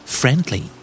Friendly